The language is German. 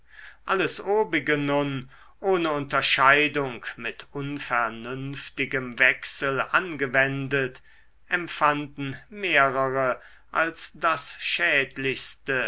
alles obige nun ohne unterscheidung mit unvernünftigem wechsel angewendet empfanden mehrere als das schädlichste